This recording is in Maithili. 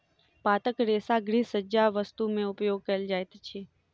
पातक रेशा गृहसज्जा वस्तु में उपयोग कयल जाइत अछि